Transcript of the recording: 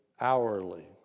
hourly